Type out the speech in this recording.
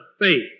faith